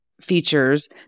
features